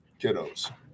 kiddos